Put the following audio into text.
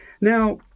Now